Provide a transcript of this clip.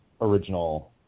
original